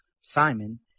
Simon